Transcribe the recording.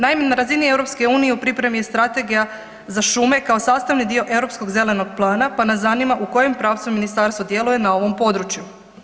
Naime na razini Europske unije u pripremi je Strategija za šume kao sastavni dio europskog Zelenog plana pa nas zanima u kojem pravcu Ministarstvo djeluje na ovom području.